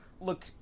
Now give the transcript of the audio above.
look